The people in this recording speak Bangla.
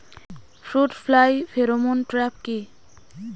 ফ্রুট ফ্লাই ফেরোমন ট্র্যাপ কি?